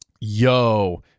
yo